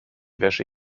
wäsche